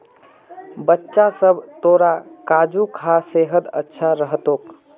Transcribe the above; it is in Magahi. बच्चा सब, तोरा काजू खा सेहत अच्छा रह तोक